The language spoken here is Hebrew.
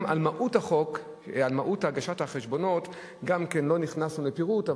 גם על מהות הגשת החשבונות לא נכנסנו לפירוט,